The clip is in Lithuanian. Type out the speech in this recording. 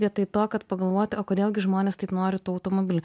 vietoj to kad pagalvoti o kodėl gi žmonės taip nori tų automobilių